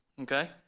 okay